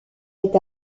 est